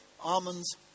Almonds